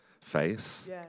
face